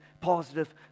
positive